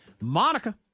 Monica